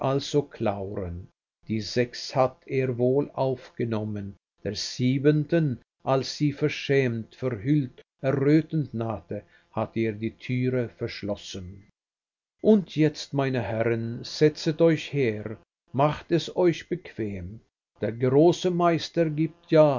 also clauren die sechs hat er wohl aufgenommen der siebenten als sie verschämt verhüllt errötend nahte hat er die türe verschlossen und jetzt meine herren setzet euch her macht es euch bequem der große meister gibt ja